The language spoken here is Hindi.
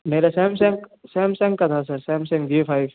मेरा सैमसंग सैमसंग का था सर सैमसंग जियो फाइव